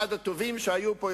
אחד הטובים שהיו פה,